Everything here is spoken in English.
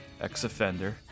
ex-offender